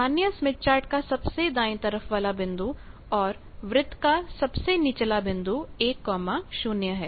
सामान्य Smith chart का सबसे दाएं तरफ वाला बिंदु और वृत्त का सबसे निचला बिंदु 10 है